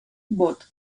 bot